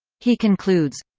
he concludes